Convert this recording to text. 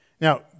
Now